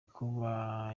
kuba